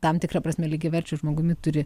tam tikra prasme lygiaverčiu žmogumi turi